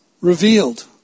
revealed